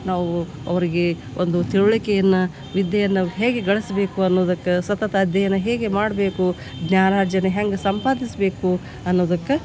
ನಾವು ಅವ್ರಿಗೆ ಒಂದು ತಿಳಿವಳಿಕೆಯನ್ನ ವಿದ್ಯೆಯನ್ನು ಹೇಗೆ ಗಳಿಸ್ಬೇಕು ಅನ್ನುದಕ್ಕೆ ಸತತ ಅಧ್ಯಯನ ಹೇಗೆ ಮಾಡಬೇಕು ಜ್ಞಾನಾರ್ಜನೆ ಹೆಂಗೆ ಸಂಪಾದಿಸಬೇಕು ಅನ್ನುದಕ್ಕೆ